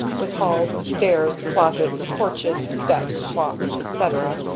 with halls, stairs, closets, porches, steps, walks, etc,